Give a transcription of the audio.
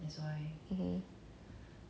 actually like what K drama you watching now